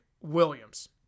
Williams